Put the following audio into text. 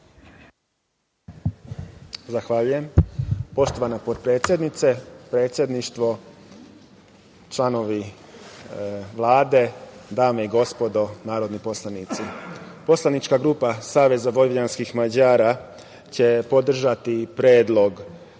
Zahvaljujem. Poštovana potpredsednice, predsedništvo, članovi Vlade, dame i gospodo narodni poslanici, poslanička grupa SVM će podržati Predlog